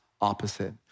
opposite